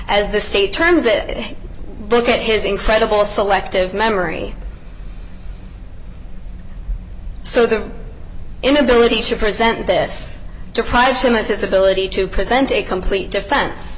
as the state turns it look at his incredible selective memory so the inability to present this deprive him of his ability to present a complete defense